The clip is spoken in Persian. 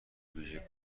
ویژه